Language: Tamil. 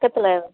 பக்கத்தில்